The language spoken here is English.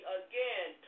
again